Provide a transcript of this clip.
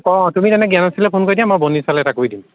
অঁ তুমি তেনে জ্ঞানশ্ৰীলৈ ফোন কৰি দিয়া মই বনিশালৈ এটা কৰি দিওঁ